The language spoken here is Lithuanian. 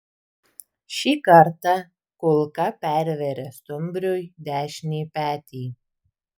šį kartą kulka pervėrė stumbriui dešinį petį